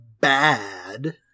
bad